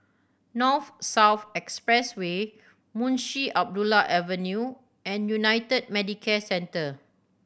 North South Expressway Munshi Abdullah Avenue and United Medicare Centre